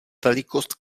velikost